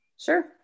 Sure